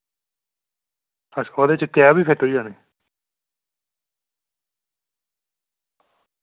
अच्छा ओह्दे च कैप बी फिट होई जानी